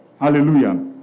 Hallelujah